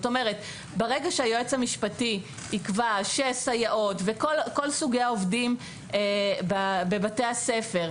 ברגע שהיועץ המשפטי יקבע שסייעות וכל סוגי העובדים בבתי הספר,